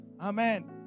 Amen